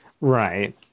Right